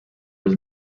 was